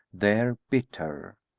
there bit her.